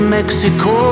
Mexico